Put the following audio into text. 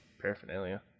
paraphernalia